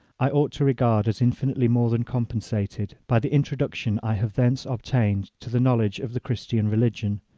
i ought to regard as infinitely more than compensated by the introduction i have thence obtained to the knowledge of the christian religion,